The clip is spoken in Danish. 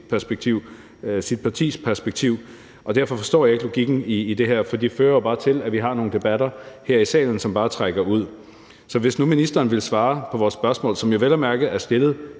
perspektiv og sit partis perspektiv, og derfor forstår jeg ikke logikken i det her. For det fører jo bare til, at vi har nogle debatter her i salen, som trækker ud. Så hvis nu ministeren vil svare på vores spørgsmål, som jo vel at mærke er stillet